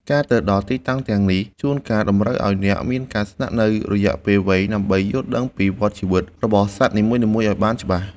ការទៅដល់ទីតាំងទាំងនេះ ជួនកាលតម្រូវឱ្យអ្នកមានការស្នាក់នៅរយៈពេលវែងដើម្បីយល់ដឹងពីវដ្តជីវិតរបស់សត្វនីមួយៗឱ្យបានច្បាស់។